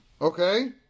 Okay